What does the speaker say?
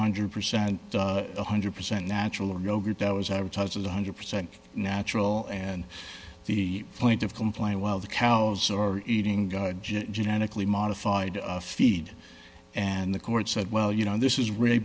hundred percent one hundred percent natural yogurt that was advertised as one hundred percent natural and the point of complaint while the cows are eating genetically modified feed and the court said well you know this is r